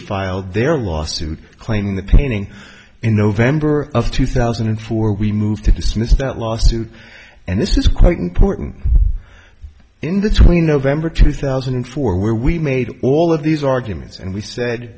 filed their lawsuit claiming the painting in november of two thousand and four we moved to dismiss that lawsuit and this is quite important in the twenty november two thousand and four where we made all of these arguments and we said